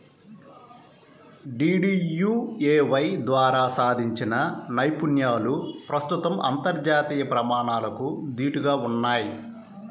DDUAY ద్వారా సాధించిన నైపుణ్యాలు ప్రస్తుతం అంతర్జాతీయ ప్రమాణాలకు దీటుగా ఉన్నయ్